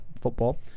football